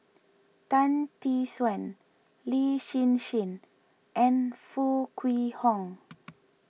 Tan Tee Suan Lin Hsin Hsin and Foo Kwee Horng